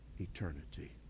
eternity